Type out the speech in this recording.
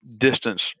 distance